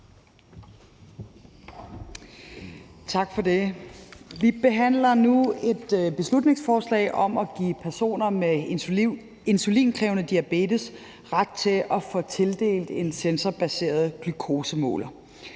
Tak for det. Vi behandler nu et beslutningsforslag om at give personer med insulinkrævende diabetes ret til at få tildelt en sensorbaseret glukosemåler.